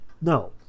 No